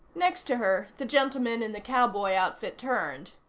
next to her, the gentleman in the cowboy outfit turned.